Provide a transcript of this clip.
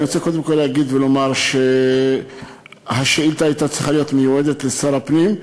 אני רוצה קודם כול להגיד שהשאילתה הייתה צריכה להיות מיועדת לשר הפנים,